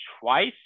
twice